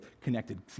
connected